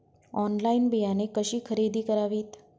Online बियाणे कशी खरेदी करावीत?